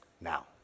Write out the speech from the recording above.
now